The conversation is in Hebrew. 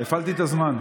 הפעלתי את הזמן.